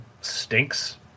stinks